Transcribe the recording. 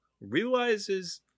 realizes